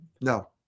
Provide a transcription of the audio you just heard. No